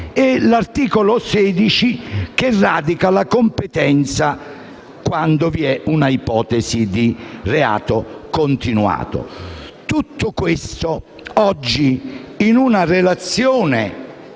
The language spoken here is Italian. e l'articolo 16 che radica la competenza quando vi è un'ipotesi di reato continuato. Tutto questo oggi, in una relazione